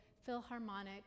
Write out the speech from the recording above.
Philharmonic